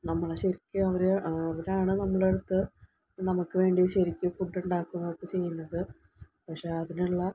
നമ്മളെ ശരിക്കും അവർ അവരാണ് നമ്മുടെ അടുത്ത് നമുക്ക് വേണ്ടി ശരിക്കും ഫുഡ് ഉണ്ടാക്കുകയും ഒക്കെ ചെയ്യുന്നത് പക്ഷേ അതിനുള്ള